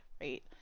right